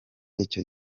icyo